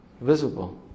visible